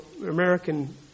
American